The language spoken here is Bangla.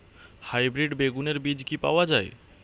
হাইব্রিড বেগুনের বীজ কি পাওয়া য়ায়?